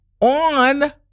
on